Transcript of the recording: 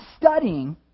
studying